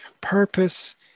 purpose